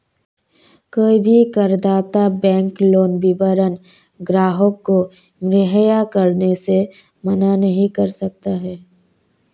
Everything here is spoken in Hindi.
कोई भी करदाता बैंक लोन विवरण ग्राहक को मुहैया कराने से मना नहीं कर सकता है